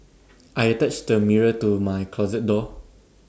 I attached the mirror to my closet door